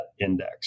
index